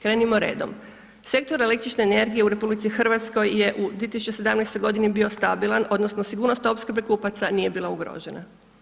Krenimo redom, sektor električne energije u RH je u 2017. godini bio stabilan, odnosno sigurnost opskrbe kupaca nije bila ugrožena.